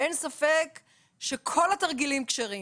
ואין ספק שכל התרגילים כשרים.